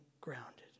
grounded